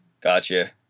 Gotcha